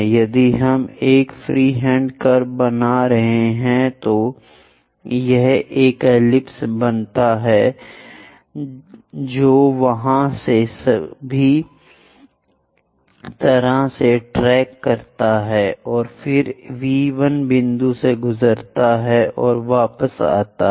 यदि हम एक फ्री हैंड कर्व बना रहे हैं तो यह एक एलिप्स बनाता है जो वहां सभी तरह से ट्रैक करता है और फिर से V 1 बिंदु से गुजरता है और वापस आता है